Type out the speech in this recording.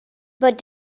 but